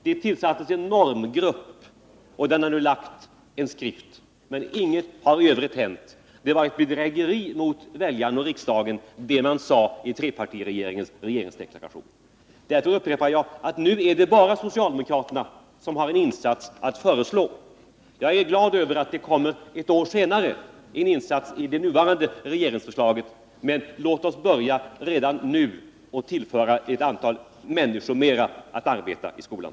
Det tillsattes en normgrupp, och den har nu framlagt en skrift. Men i övrigt har ingenting hänt. Det som sades i trepartiregeringens regeringsdeklaration var ett bedrägeri mot väljarna och riksdagen. Därför upprepar jag att det nu är bara socialdemokraterna som har en insats att föreslå. Jag är glad över att den nuvarande regeringen är beredd att göra en insats om ett år. Men låt oss börja redan nu och tillföra ytterligare ett antal människor som arbetar i skolan.